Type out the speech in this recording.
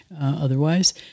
otherwise